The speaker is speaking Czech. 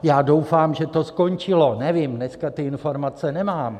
Já doufám, že to skončilo, nevím, dneska ty informace nemám.